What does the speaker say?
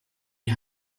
die